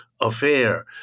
affair